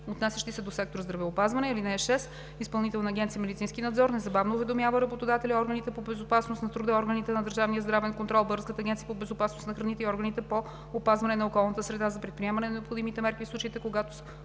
отнасящи се до сектор „Здравеопазване“. (6) Изпълнителна агенция „Медицински надзор“ незабавно уведомява работодателя, органите по безопасност на труда, органите на държавния здравен контрол, Българската агенция по безопасност на храните и органите по опазване на околната среда за предприемане на необходимите мерки в случаите, когато